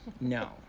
No